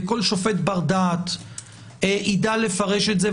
וכל שופט בר דעת יידע לפרש את זה יידע